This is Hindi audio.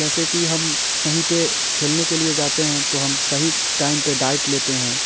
जैसे कि हम कहीं पे खेलने के लिए जाते हैं तो हम सही टाइम पे डाइट लेते हैं